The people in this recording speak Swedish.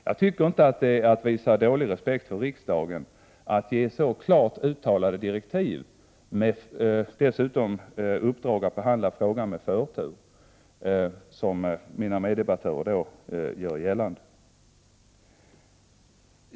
Jag tycker inte att det är att visa dålig respekt för riksdagen att ge så klart uttalade direktiv, dessutom med uppdrag att behandla frågan med förtur, vilket mina meddebattörer gör gällande.